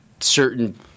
certain